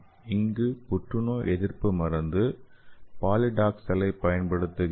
இங்கே புற்றுநோய் எதிர்ப்பு மருந்து பக்லிடாக்சலைப் பயன்படுத்துகிறார்கள்